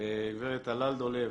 גברת טלל דולב.